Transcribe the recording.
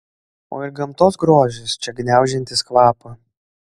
o ir gamtos grožis čia gniaužiantis kvapą